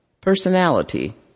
personality